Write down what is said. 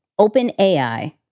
OpenAI